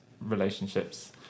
relationships